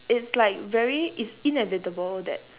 it's like very it's inevitable that